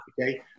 Okay